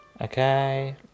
Okay